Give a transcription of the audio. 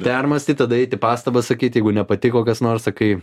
permąstyt tada eiti pastabas sakyti jeigu nepatiko kas nors sakai